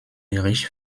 bericht